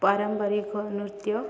ପାରମ୍ପାରିକ ନୃତ୍ୟ